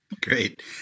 great